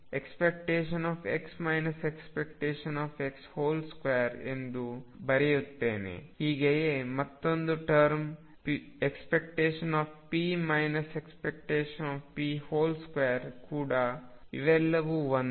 ಇದನ್ನು ⟨x ⟨x⟩2⟩ ಎಂದು ಬರೆಯುತ್ತೇನೆ ಹೀಗೆಯೇ ಮತ್ತೊಂದು ಟರ್ಮ್ ⟨p ⟨p⟩2⟩ಕೂಡ ಇವೆಲ್ಲವೂ ಒಂದೇ